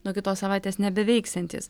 nuo kitos savaitės nebeveiksiantys